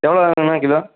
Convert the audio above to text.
எவ்வளோ ஆகுங்கண்ணா கிலோ